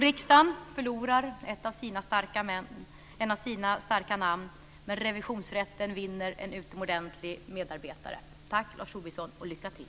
Riksdagen förlorar ett av sina starka namn, men revisionsrätten vinner en utomordentlig medarbetare. Tack, Lars Tobisson, och lycka till!